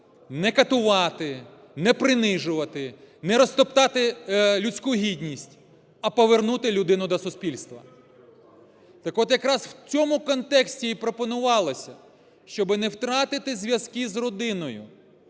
не катувати, не принижувати, не розтоптати людську гідність, а повернути людину до суспільства. Так от якраз в цьому контексті і пропонувалось, щоби не втратити зв'язки з родиною,